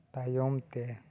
ᱛᱟᱭᱚᱢ ᱛᱮ